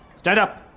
stand up.